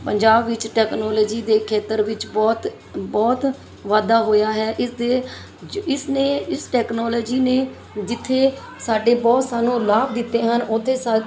ਪੰਜਾਬ ਵਿੱਚ ਟੈਕਨੋਲਜੀ ਦੇ ਖੇਤਰ ਵਿੱਚ ਬਹੁਤ ਬਹੁਤ ਵਾਧਾ ਹੋਇਆ ਹੈ ਇਸ ਦੇ ਜ ਇਸਨੇ ਇਸ ਟੈਕਨੋਲਜੀ ਨੇ ਜਿੱਥੇ ਸਾਡੇ ਬਹੁਤ ਸਾਨੂੰ ਲਾਭ ਦਿੱਤੇ ਹਨ ਉੱਥੇ ਸਾ